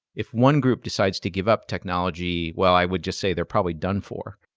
if one group decides to give up technology, well, i would just say they're probably done for.